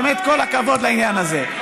באמת, כל הכבוד על העניין הזה.